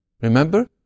remember